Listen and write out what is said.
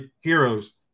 heroes